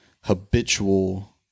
Habitual